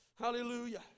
Hallelujah